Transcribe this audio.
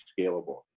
scalable